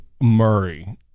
Murray